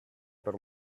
per